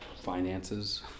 Finances